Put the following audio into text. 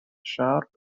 sharp